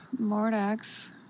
mordax